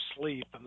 sleep